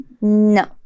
No